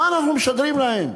מה אנחנו משדרים להם?